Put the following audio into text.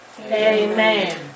Amen